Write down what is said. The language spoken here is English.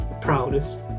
proudest